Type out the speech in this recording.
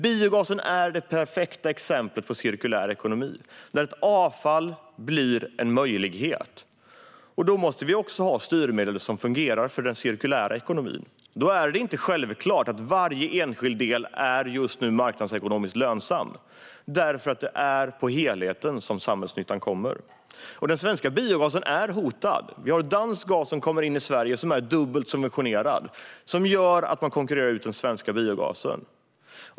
Biogasen är det perfekta exemplet på cirkulär ekonomi, där avfall blir en möjlighet. Då måste vi också ha styrmedel som fungerar för den cirkulära ekonomin. Då är det inte självklart att varje enskild del är marknadsekonomiskt lönsam, för samhällsnyttan kommer av helheten. Den svenska biogasen är hotad. Dansk gas som kommer in i Sverige är dubbelt subventionerad, vilket gör att den konkurrerar ut den svenska biogasen.